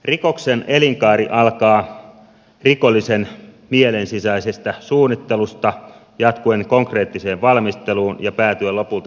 rikoksen elinkaari alkaa rikollisen mielensisäisestä suunnittelusta jatkuen konkreettiseen valmisteluun ja päätyen lopulta täyteen tekoon